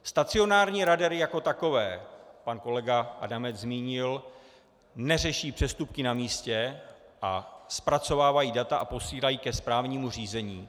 Stacionární radary jako takové, pan kolega Adamec zmínil neřeší přestupky na místě a zpracovávají data a posílají ke správnímu řízení.